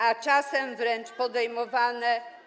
a czasem wręcz podejmowane.